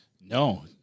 No